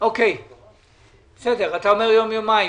אתה אומר יום-יומיים.